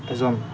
এজন